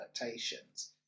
adaptations